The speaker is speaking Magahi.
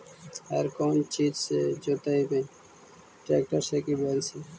हर कौन चीज से जोतइयै टरेकटर से कि बैल से?